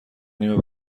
نیم